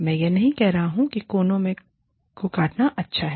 मैं यह नहीं कह रहा हूँ कि कोनों को काटना अच्छा है